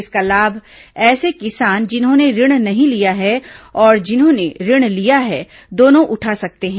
इसका लाभ ऐसे किसान जिन्होंने ऋण नहीं लिया है और जिन्होंने ऋण लिया है दोनो उठा सकते हैं